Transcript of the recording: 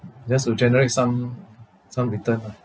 just to generate some some return ah